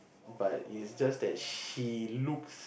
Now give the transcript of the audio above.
but it's just that she looks